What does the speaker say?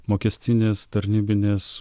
mokestinės tarnybinės